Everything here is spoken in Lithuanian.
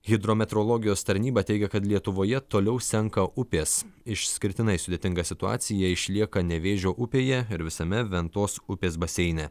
hidrometeorologijos tarnyba teigia kad lietuvoje toliau senka upės išskirtinai sudėtinga situacija išlieka nevėžio upėje ir visame ventos upės baseine